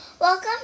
Welcome